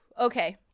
Okay